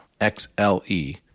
XLE